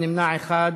1, נמנעים,